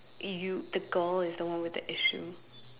you the girl is the one with the issue